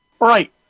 Right